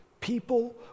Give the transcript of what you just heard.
People